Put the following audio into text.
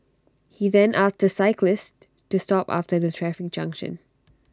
he then asked the cyclist to stop after the traffic junction